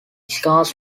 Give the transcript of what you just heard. scars